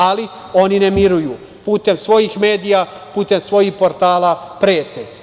Ali, oni ne miruju, putem svojih medija, putem svojih portala prete.